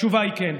התשובה היא כן.